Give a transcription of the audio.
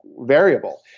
variable